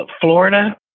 Florida